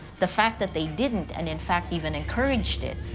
the fact that they didn't and, in fact, even encouraged it,